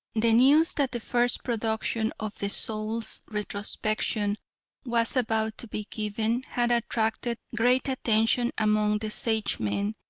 the news that the first production of the soul's retrospection was about to be given had attracted great attention among the sagemen,